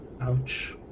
ouch